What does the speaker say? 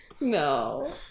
no